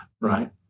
right